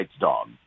dog